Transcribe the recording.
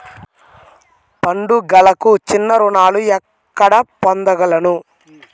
పండుగలకు చిన్న రుణాలు ఎక్కడ పొందగలను?